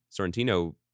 Sorrentino